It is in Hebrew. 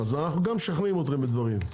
אז אנחנו גם משכנעים אתכם בדברים,